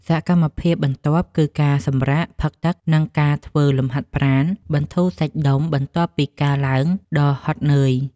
សកម្មភាពបន្ទាប់ គឺការសម្រាកផឹកទឹក និងការធ្វើលំហាត់ប្រាណបន្ធូរសាច់ដុំបន្ទាប់ពីការឡើងដ៏ហត់នឿយ។